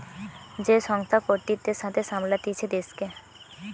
যে সংস্থা কর্তৃত্বের সাথে সামলাতিছে দেশকে